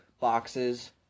boxes